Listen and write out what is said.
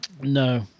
No